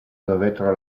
dovettero